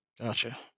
Gotcha